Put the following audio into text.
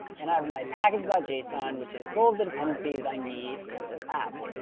and i have my packages ah json, which is full of the dependencies i need for this app.